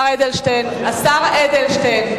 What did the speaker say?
השר אדלשטיין,